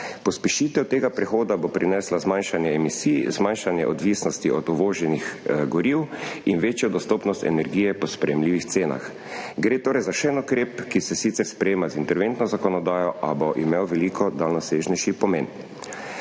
Pospešitev tega prehoda bo prinesla zmanjšanje emisij, zmanjšanje odvisnosti od uvoženih goriv in večjo dostopnost energije po sprejemljivih cenah. Gre torej za še en ukrep, ki se sicer sprejema z interventno zakonodajo, a bo imel veliko daljnosežnejši pomen.